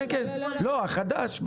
לא, החדש.